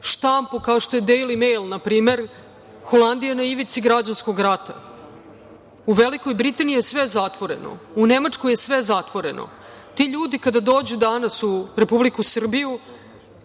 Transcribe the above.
štampu kao što je Dejli mejl, na primer, Holandija je na ivici građanskog rata. U Velikoj Britaniji je sve zatvoreno, u Nemačkoj je sve zatvoreno i ti ljudi kada dođu danas u republiku Srbiju,